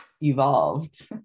evolved